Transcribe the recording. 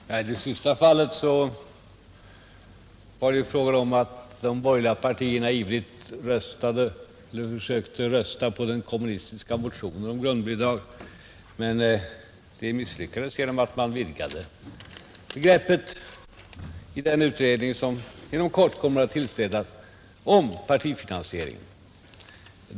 Herr talman! I det sista fallet var det ju fråga om att de borgerliga partierna ivrigt försökte rösta på den kommunistiska motionen om grundbidrag, men detta misslyckades genom att man vidgade begreppet i den utredning om partifinansiering som inom kort kommer att tillsättas.